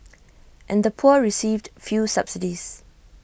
and the poor received few subsidies